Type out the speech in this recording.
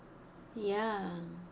ya